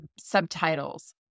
subtitles